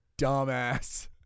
dumbass